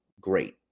great